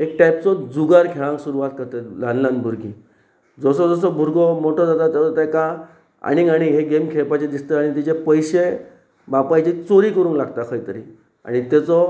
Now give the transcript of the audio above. एक टायपचो जुगार खेळांक सुरवात करता ल्हान ल्हान भुरगीं जसो जसो भुरगो मोटो जाता ताका आनीक आनी हे गेम खेळपाचें दिसता आनी तेचे पयशे बापायचे चोरी करूंक लागता खंय तरी आनी तेचो